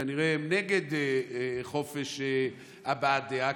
שכנראה הם נגד חופש הבעת דעה,